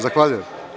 Zahvaljujem.